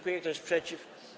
Kto jest przeciw?